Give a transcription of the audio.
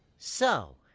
so.